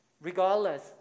regardless